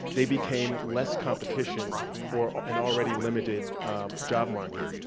they became less competition for an already-limited job market.